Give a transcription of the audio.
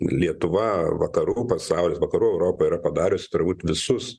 lietuva vakarų pasaulis vakarų europa yra padariusi turbūt visus